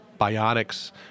bionics